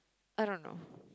I don't know